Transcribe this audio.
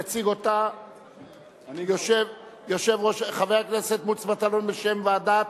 יציג אותה חבר הכנסת מוץ מטלון בשם ועדת